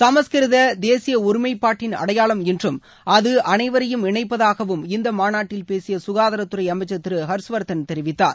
சமஸ்கிருத தேசிய ஒருமைப்பாட்டின் அடையாளம் என்றும் அது அனைவரையும் இணைப்பதாகவும் இந்த மாநாட்டில் பேசிய சுகாதாரத்துறை அமைச்சர் திரு ஹர்ஷ்வர்தன் தெரிவித்தார்